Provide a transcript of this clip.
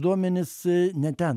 duomenis ne ten